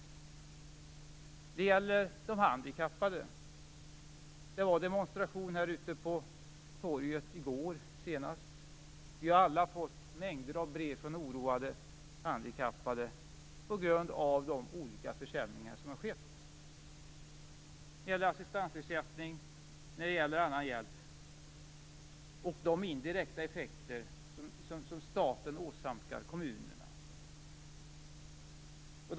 Det gäller också de handikappade. Det var en demonstration här ute i på torget i går senast. Vi har alla fått mängder av brev från oroade handikappade på grund av de olika försämringar som har skett. Det gäller assistansersättning och annan hjälp och de indirekta effekter som staten åsamkar kommunerna.